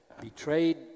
betrayed